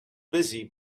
busy